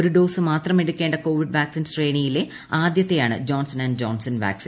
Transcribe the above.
ഒരു ഡോസ് മാത്രം എടുക്കേണ്ട കോവിഡ് വാക്സിൻ ശ്രേണിയിലെ ആദൃത്തെയാണ് ജോൺസൺ ആന്റ് ജോൺസൺ വാക്സിൻ